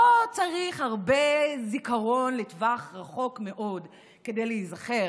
לא צריך הרבה זיכרון לטווח ארוך מאוד כדי להיזכר